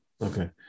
okay